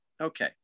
Okay